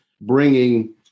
bringing